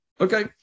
Okay